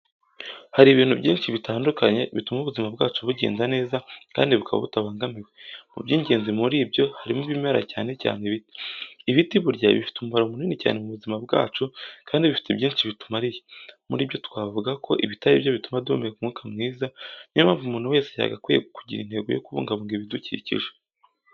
Hari ibintu byinshi bitandukanye bituma ubuzima bwacu bugenda neza kandi bukaba butabangamiwe. Mu by'ingenzi muri byo harimo ibimera cyane cyane ibiti. Ibiti burya bifite umumaro munini cyane mu buzima bwacu kandi bifite byinshi bitumariye. Muri byo twavuga ko ibiti aribyo bituma duhumeka umwuka mwiza niyo mpamvu umuntu wese yagakwiye kugira intego yo kubungabunga ibidukikije.